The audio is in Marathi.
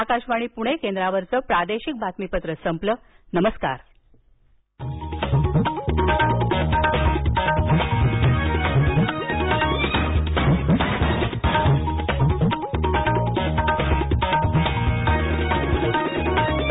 आकाशवाणी प्रणे केंद्रावरचं प्रादेशिक बातमीपत्र संपलं नमरूकार